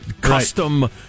custom